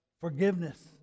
forgiveness